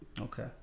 Okay